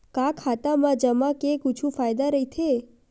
का खाता मा जमा के कुछु फ़ायदा राइथे?